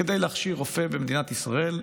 כדי להכשיר רופא במדינת ישראל,